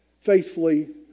faithfully